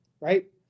right